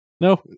No